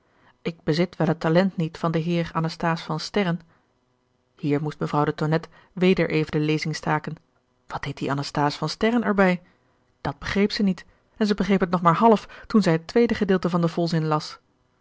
ik bezit wel het talent niet van den heer anasthase van sterren hier moest mevrouw de tonnette weder even de lezing staken wat deed die anasthase van sterren er bij dat begreep zij niet en zij begreep het nog maar half toen zij het tweede gedeelte van den volzin las